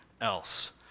else